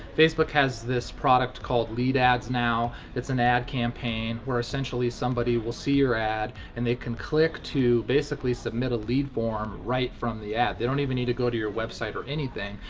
facebook has this product called lead ads now. its an ad campaign where essentially somebody will see your ad, and they can click to basically submit a lead form right from the ad. they don't even need to go to your website or anything.